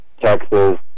texas